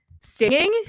singing